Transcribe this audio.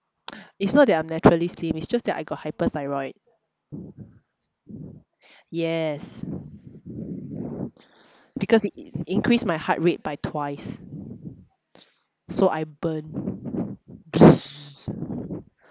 it's not that I'm naturally slim it's just that I got hyperthyroid yes because it increase my heart rate by twice so I burn